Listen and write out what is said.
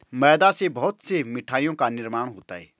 मैदा से बहुत से मिठाइयों का निर्माण होता है